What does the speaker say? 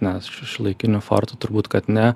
ne š šiuolaikinių fortų turbūt kad ne